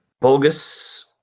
Bogus